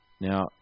Now